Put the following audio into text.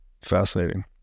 Fascinating